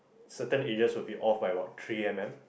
certain areas will be off by what three M_M